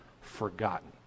forgotten